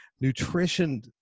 nutrition